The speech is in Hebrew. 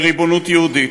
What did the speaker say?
בריבונות יהודית.